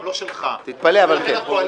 גם לא שלך -- תתפלא, אבל כן.